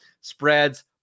spreads